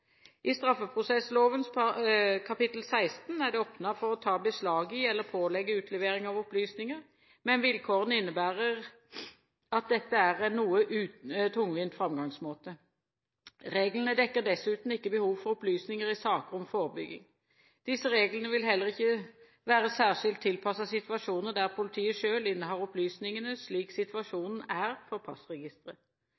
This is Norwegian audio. å ta beslag i eller pålegge utlevering av opplysninger, men vilkårene innebærer at dette er en noe tungvint framgangsmåte. Reglene dekker dessuten ikke behovet for opplysninger i saker om forebygging. Disse reglene vil heller ikke være særskilt tilpasset situasjoner der politiet selv innehar opplysningene, slik